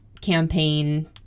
campaign